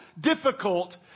difficult